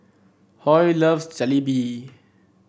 Hoy loves Jalebi